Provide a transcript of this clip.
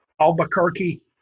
Albuquerque